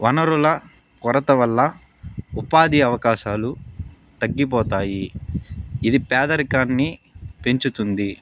వనరుల కొరత వల్ల ఉపాధి అవకాశాలు తగ్గిపోతాయి ఇది పేదరికాన్ని పెంచుతుంది